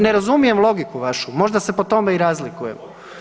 Ne razumijem logiku vašu, možda se po tome i razlikujemo.